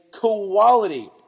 quality